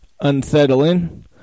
unsettling